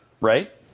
right